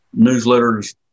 newsletters